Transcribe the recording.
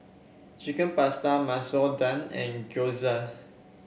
Chicken Pasta Masoor Dal and Gyoza